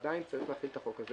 עדיין צריך להחיל את החוק הזה